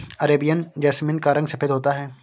Arabian jasmine का रंग सफेद होता है